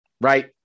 right